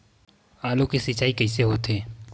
आलू के सिंचाई कइसे होथे?